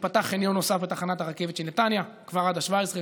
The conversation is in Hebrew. ייפתח חניון נוסף בתחנת הרכבת של נתניה כבר עד 17 בחודש.